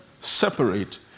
separate